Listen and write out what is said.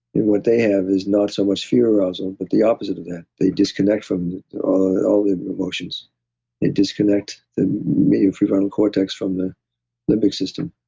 and what they have is not so much fear arousal, but the opposite of that. they disconnect from all the emotions and disconnect the main prefrontal cortex from the limbic system.